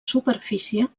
superfície